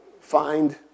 find